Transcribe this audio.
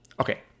Okay